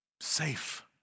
safe